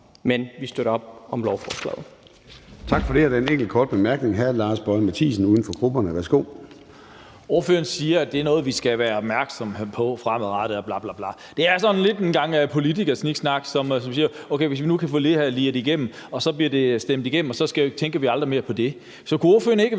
Men vi støtter op om lovforslaget.